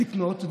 לקניות,